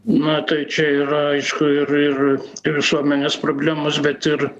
nu tai čia yra aišku ir ir visuomenės problemos bet ir